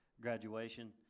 graduation